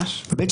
שנית,